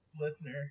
listener